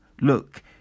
Look